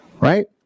right